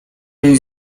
jej